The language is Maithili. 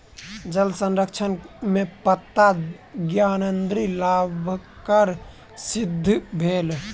जल संरक्षण में पत्ता ज्ञानेंद्री लाभकर सिद्ध भेल